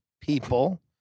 people